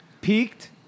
peaked